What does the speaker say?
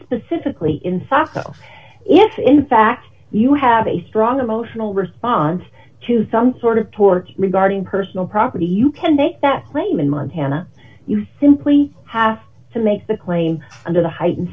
specifically in soco if in fact you have a strong emotional response to some sort of tort regarding personal property you can make that claim in montana you simply have to make the claim under the high